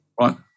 right